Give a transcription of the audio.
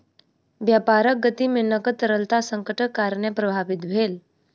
व्यापारक गति में नकद तरलता संकटक कारणेँ प्रभावित भेल